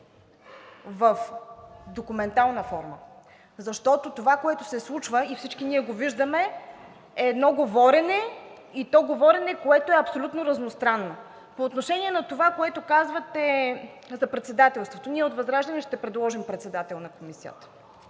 в документална форма, защото това, което се случва и всички ние го виждаме, е едно говорене, и то говорене, което е абсолютно разностранно. По отношение на това, което казвате за председателството – ние от ВЪЗРАЖДАНЕ ще предложим председател на Комисията.